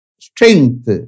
strength